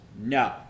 No